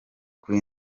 kuri